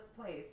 place